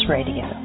Radio